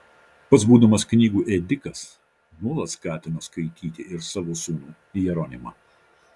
pats būdamas knygų ėdikas nuolat skatino skaityti ir savo sūnų jeronimą